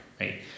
right